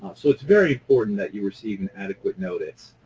so it's very important that you receive an adequate notice.